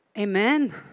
Amen